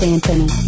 Anthony